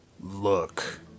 Look